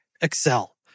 Excel